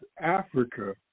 Africa